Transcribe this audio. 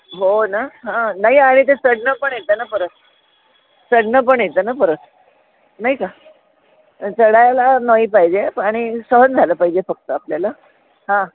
हो ना हां नाही आणि ते चढनं पण येतं ना परत चढनं पण येतं ना परत नाही का चढायला नाही पाहिजे आणि सहन झालं पाहिजे फक्त आपल्याला हां